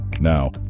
Now